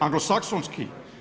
Anglosaksonski?